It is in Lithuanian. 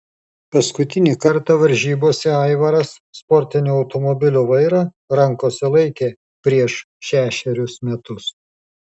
paskutinį kartą varžybose aivaras sportinio automobilio vairą rankose laikė prieš šešerius metus